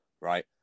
right